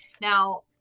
Now